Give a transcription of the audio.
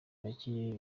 bake